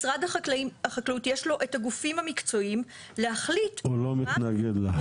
משרד החקלאות יש לו את הגופים המקצועיים להחליט -- הוא לא מתנגד לחוק.